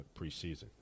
preseason